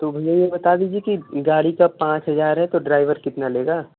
तो भैया ये बता दीजिए की गाड़ी का पाँच हजार तो ड्राइभर कितना लेगा